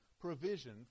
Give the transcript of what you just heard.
provision